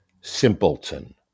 Simpleton